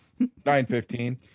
9.15